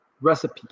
recipe